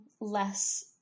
less